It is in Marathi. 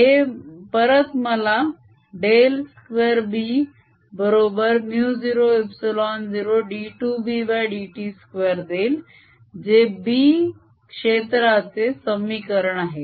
हे परत मला डेल2 B बरोबर μ0ε0 d2Bdt2 देईल जे B क्षेत्राचे समीकरण आहे